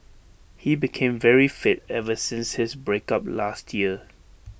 he became very fit ever since his break up last year